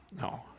No